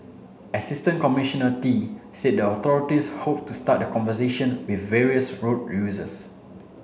Assistant Commissioner Tee said the authorities hoped to start the conversation with various road users